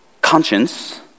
Conscience